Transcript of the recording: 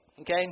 okay